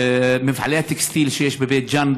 מפעלי הטקסטיל שיש בבית ג'ן,